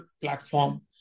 platform